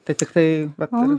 tai tikrai vat ir